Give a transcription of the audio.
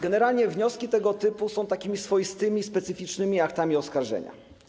Generalnie wnioski tego typu są takimi swoistymi, specyficznymi aktami oskarżenia.